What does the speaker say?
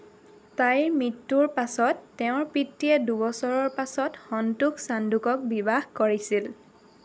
তাইৰ মৃত্যুৰ পাছত তেওঁৰ পিতৃয়ে দুবছৰৰ পাছত সন্তোষ চান্ধোকক বিবাহ কৰিছিল